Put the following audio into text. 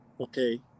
Okay